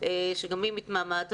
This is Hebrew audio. שגם היא מתמהמהת.